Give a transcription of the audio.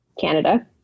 Canada